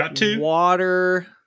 water